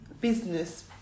business